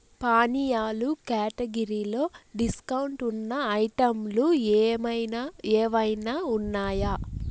పానీయాలు క్యాటగరీలో డిస్కౌంట్ ఉన్న ఐటెంలు ఏమైనా ఏవైనా ఉన్నాయా